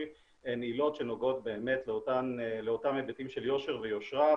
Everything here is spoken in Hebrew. הן עילות שנוגעות לאותם היבטים של יושר ויושרה,